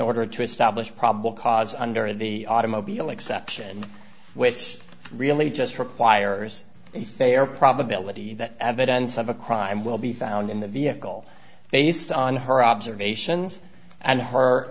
order to establish probable cause under the automobile exception which really just requires a fair probability that evidence of a crime will be found in the vehicle based on her observations and her